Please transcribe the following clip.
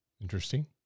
Interesting